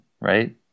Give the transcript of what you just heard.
right